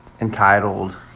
entitled